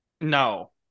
No